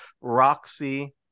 Roxy